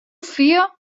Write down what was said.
fia